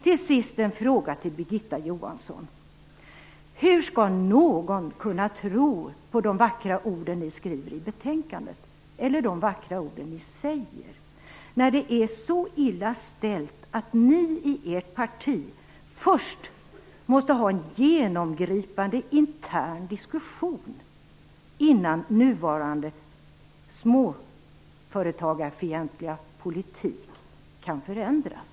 Till sist har jag en fråga till Birgitta Johansson: Hur skall någon kunna tro på de vackra ord ni skriver i betänkandet eller de vackra ord ni säger, när det är så illa ställt att ni i ert parti först måste ha en genomgripande intern diskussion innan nuvarande småföretagarfientliga politik kan förändras?